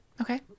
Okay